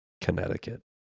Connecticut